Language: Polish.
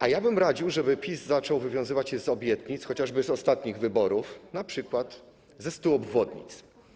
A ja bym radził, żeby PiS zaczął wywiązywać się z obietnic, chociażby z ostatnich wyborów, np. ze 100 obwodnic.